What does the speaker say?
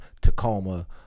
Tacoma